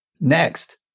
Next